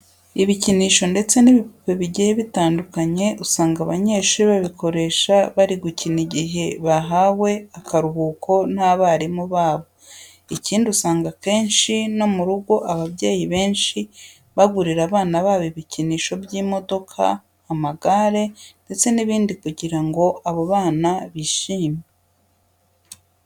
Ibikinisho ndetse n'ibipupe bigiye bitandukanye usanga abanyeshuri babikoresha bari gukina igihe bahawe akaruhuko n'abarimu babo. Ikindi usanga akenshi no mu rugo ababyeyi benshi bagurira abana babo ibikinisho by'imodoka, amagare ndetse n'ibindi kugira ngo abo bana bishime.